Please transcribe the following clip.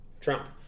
Trump